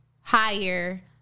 higher